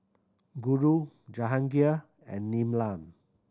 Guru Jahangir and Neelam